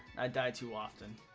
i die too often